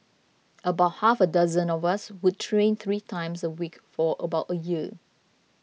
about half a dozen of us would train three times a week for about a year